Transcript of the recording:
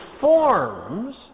forms